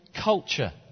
culture